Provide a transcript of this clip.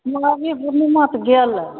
माघी पूर्णिमा तऽ गेलै